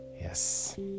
Yes